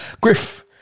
Griff